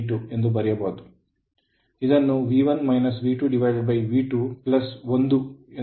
ಆದ್ದರಿಂದ K V2V2ಎಂದು ಬರೆಯಬಹುದು